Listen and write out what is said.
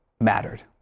mattered